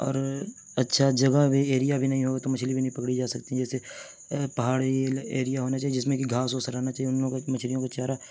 اور اچھا جگہ بھی ایریا بھی نہیں ہو تو مچھلی بھی نہیں پکڑی جا سکتی جیسے پہاڑی ایریا ہونا چیے جس میں کہ گھاس اوس رہنا چاہیے مچھلیوں کا چارہ